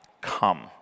come